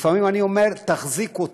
לפעמים אני אומר: תחזיקו אותי.